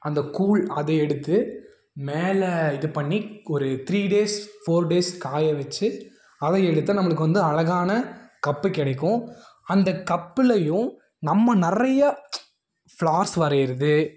அந்த கூழ் அதை எடுத்து மேலே இது பண்ணி ஒரு த்ரீ டேஸ் ஃபோர் டேஸ் காய வச்சு அதை எடுத்து நம்மளுக்கு வந்து அழகான கப்பு கிடைக்கும் அந்த கப்புலெயும் நம்ம நிறையா ஃப்ளார்ஸ் வரைகிறது